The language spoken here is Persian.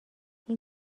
این